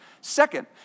Second